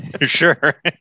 sure